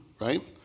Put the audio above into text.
right